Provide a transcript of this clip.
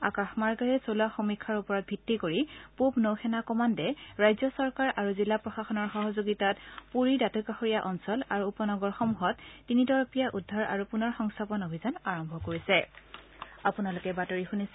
আকাশমাৰ্গেৰে চলোৱা সমীক্ষাৰ ওপৰত ভিত্তি কৰি পূব নৌসেনা কমাণ্ডে ৰাজ্য চৰকাৰ আৰু জিলা প্ৰশাসনৰ সহযোগিতাত পুৰীৰ দাঁতিকাষৰীয়া অঞ্চল আৰু উপ নগৰসমূহত তিনিতৰপীয়া উদ্ধাৰ আৰু পুনৰ সংস্থাপন অভিযান আৰম্ভ কৰিছে